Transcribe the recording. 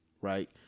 right